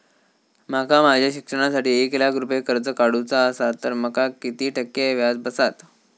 माका माझ्या शिक्षणासाठी एक लाख रुपये कर्ज काढू चा असा तर माका किती टक्के व्याज बसात?